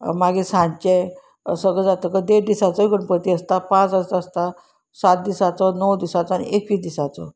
मागीर सांंचें सगळे जातकच देड दिसाचोय गणपती आसता पांच असो आसता सात दिसाचो णव दिसाचो आनी एकवीस दिसाचो